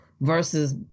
versus